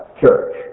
church